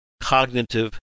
cognitive